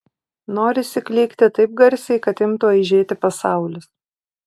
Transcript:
norisi klykti taip garsiai kad imtų aižėti pasaulis